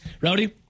Rowdy